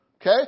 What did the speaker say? Okay